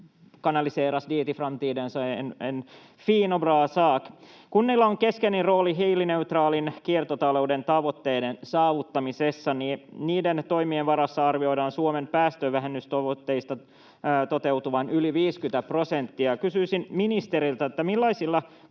kanaliseras dit i framtiden är en fin och bra sak. Kunnilla on keskeinen rooli hiilineutraalin kiertotalouden tavoitteiden saavuttamisessa. Niiden toimien varassa arvioidaan Suomen päästövähennystavoitteista toteutuvan yli 50 prosenttia. Kysyisin ministeriltä: millaisilla konkreettisilla